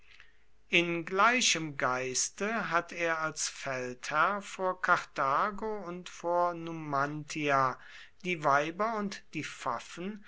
in gleichem geiste hat er als feldherr vor karthago und vor numantia die weiber und die pfaffen